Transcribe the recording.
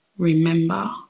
Remember